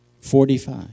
Forty-five